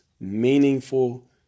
meaningful